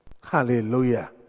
Hallelujah